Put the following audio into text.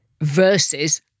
Versus